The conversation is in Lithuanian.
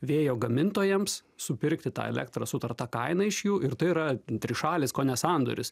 vėjo gamintojams supirkti tą elektrą sutarta kaina iš jų ir tai yra trišalis kone sandoris